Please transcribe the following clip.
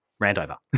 Randover